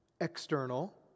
external